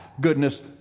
goodness